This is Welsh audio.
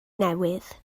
newydd